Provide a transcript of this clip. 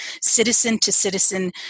citizen-to-citizen